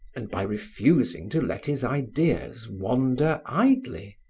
and by refusing to let his ideas wander idly.